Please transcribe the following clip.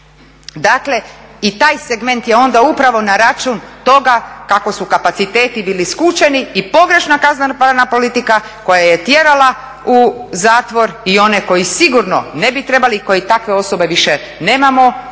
Dakle i taj segment je onda upravo na račun toga kako su kapaciteti bili skučeni i pogrešna kazneno-pravna politika koja je tjerala u zatvor i one koji sigurno ne bi trebali, koji takve osobe više nemamo